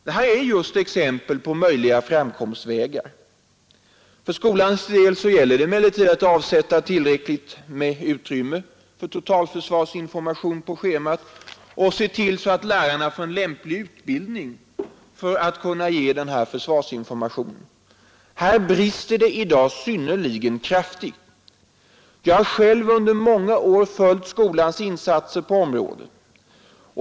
Detta är just exempel på möjliga framkomstvägar. För skolans del gäller det emellertid att avsätta tillräckligt utrymme för totalförsvarsinformation på schemat och se till att lärarna får en lämplig utbildning för att kunna ge försvarsinformation. Här brister det i dag synnerligen kraftigt. Jag har själv under många år följt skolans insatser på området.